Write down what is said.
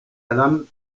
adam